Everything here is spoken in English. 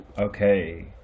Okay